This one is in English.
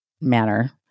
manner